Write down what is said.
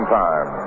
time